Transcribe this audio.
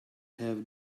have